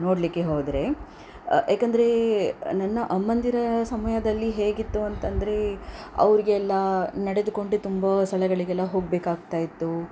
ನೋಡಲಿಕ್ಕೆ ಹೋದರೆ ಏಕೆಂದರೆ ನನ್ನ ಅಮ್ಮಂದಿರ ಸಮಯದಲ್ಲಿ ಹೇಗಿತ್ತು ಅಂತ ಅಂದ್ರೆ ಅವರಿಗೆಲ್ಲ ನಡೆದುಕೊಂಡೇ ತುಂಬ ಸ್ಥಳಗಳಿಗೆಲ್ಲ ಹೋಗಬೇಕಾಗ್ತಾಯಿತ್ತು